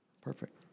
Perfect